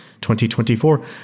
2024